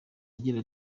agira